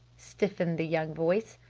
stiffened the young voice.